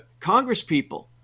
congresspeople